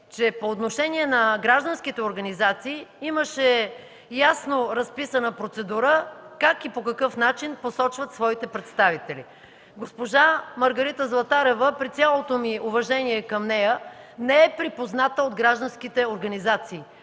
че по отношение на гражданските организации имаше ясно разписана процедура как и по какъв начин посочват своите представители. Госпожа Маргарита Златарева, при цялото ми уважение към нея, не е припозната от гражданските организации.